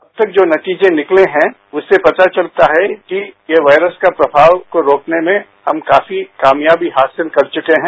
अब तक जो नतीजे निकले हैं उससे पता चलता है कि ये वायरस के प्रभाव को रोकने में हम काफी कामयाबी हासिल कर चुके हैं